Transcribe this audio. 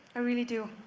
i really do.